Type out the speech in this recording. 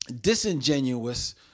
disingenuous